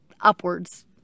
upwards